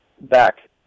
back